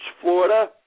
Florida